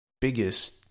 biggest